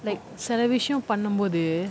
like சில விஷயம் பண்ணும்போது:sila vishayam pannumpothu